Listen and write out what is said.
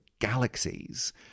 galaxies